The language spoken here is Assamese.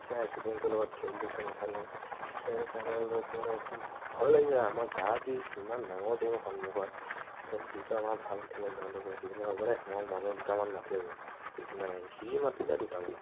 কে ৱাই চি টিমটোৰ লগত খেলিলোঁ চেমিফাইনেল চেমিফাইনেলত মানে একদম ভয় লাগিলে আমাৰ গাৰ বিষ ইমান ডাঙৰ টিম সন্মুখত তাৰপাছত যিটো আমাৰ ভাল খেলে জয়ন্ত বুলি সি ক'লে হ'বদে মই মানুহ দুটামান মাতি আনিম চিন্তা নাই সি মাতিলে দুটামানক